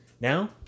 Now